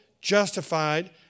justified